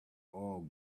all